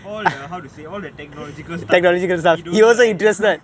all the how to say all the technological stuff he know right ya